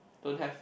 don't have